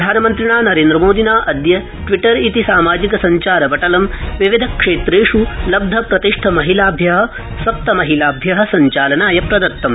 प्रधानमन्त्रिणा नरेन्द्रमोदिना अद्य ट्विटर इति सामाजिक सञ्चार पटलं विविध क्षेत्रेष् लब्धप्रतिष्ठाभ्य सप्त महिलाभ्य सञ्चालनाय प्रदत्तम्